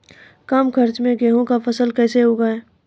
कम खर्च मे गेहूँ का फसल कैसे उगाएं?